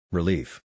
Relief